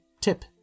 tip